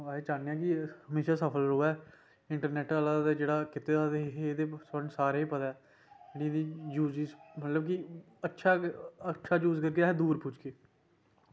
अस चाह्नें बी हैन की मिशन सफल रवै इंटरनेट आह्ला ज ेह्ड़ा कीते दा एह्दे पर सारें गी पता मतलब की अच्छा यूज़ करगे अस दूर पुज्जगे